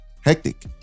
Hectic